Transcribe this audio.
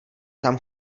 tam